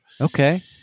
Okay